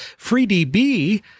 FreeDB